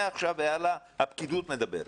מעכשיו והלאה הפקידות מדברת.